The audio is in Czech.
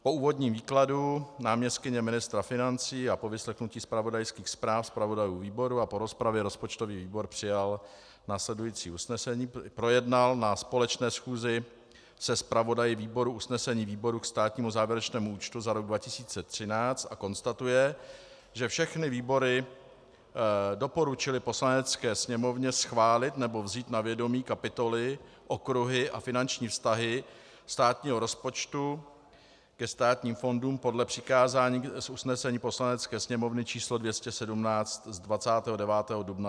Po úvodním výkladu náměstkyně ministra financí a po vyslechnutí zpravodajských zpráv zpravodajů výborů a po rozpravě rozpočtový výbor projednal na společné schůzi se zpravodaji výborů usnesení výborů ke státnímu závěrečnému účtu za rok 2013 a konstatuje, že všechny výbory doporučily Poslanecké sněmovně schválit nebo vzít na vědomí kapitoly, okruhy a finanční vztahy státního rozpočtu ke státním fondům podle přikázání z usnesení Poslanecké sněmovny č. 217 z 29. dubna 2014.